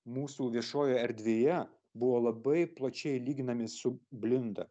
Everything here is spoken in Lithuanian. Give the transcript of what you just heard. mūsų viešojoje erdvėje buvo labai plačiai lyginami su blinda